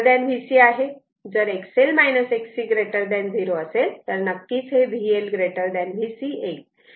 जर XL Xc 0 असेल तर नक्कीच VL VC येईल